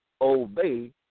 obey